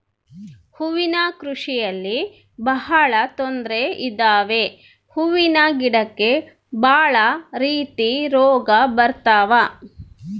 ಹೂವಿನ ಕೃಷಿಯಲ್ಲಿ ಬಹಳ ತೊಂದ್ರೆ ಇದಾವೆ ಹೂವಿನ ಗಿಡಕ್ಕೆ ಭಾಳ ರೀತಿ ರೋಗ ಬರತವ